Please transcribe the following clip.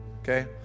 Okay